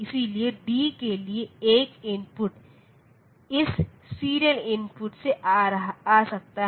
इसलिए D के लिए 1 इनपुट इस सीरियल इनपुट से आ सकता है